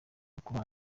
ukubana